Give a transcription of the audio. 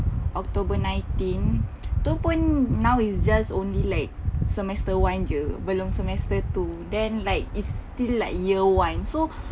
october nineteen tu pun now is just only like semester one jer belum semester two then like it's still like year one so